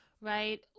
right